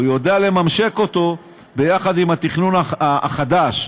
יודע לממשק אותו יחד עם התכנון החדש,